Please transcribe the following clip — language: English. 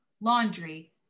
laundry